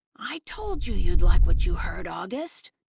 i told you you'd like what you heard, august.